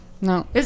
No